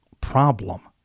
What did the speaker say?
problem